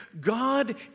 God